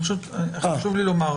חשוב לי לומר.